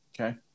okay